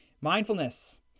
Mindfulness